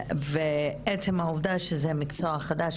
ועצם העובדה שזה מקצוע חדש,